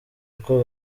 uko